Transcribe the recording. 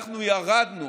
אנחנו ירדנו